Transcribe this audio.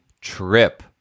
trip